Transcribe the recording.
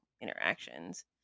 interactions